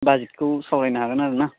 बाजेटखौ सावरायनो हागोन आरो ना